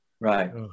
right